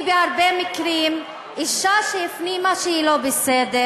היא בהרבה מקרים אישה שהפנימה שהיא לא בסדר,